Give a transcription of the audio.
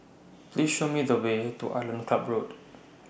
Please Show Me The Way to Island Club Road